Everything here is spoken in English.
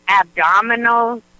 abdominal